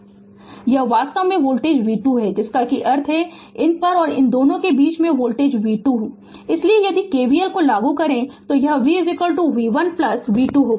Refer Slide Time 3131 यह वास्तव में वोल्टेज v 2 है जिसका अर्थ है कि इन पर और इन दोनों के बीच वोल्टेज v 2 है इसलिए यदि KVL लागू करें तो यह v v 1 प्लस v 2 होगा